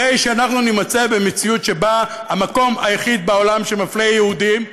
שאנחנו נימצא במציאות שבה המקום היחיד בעולם שמפלה יהודים,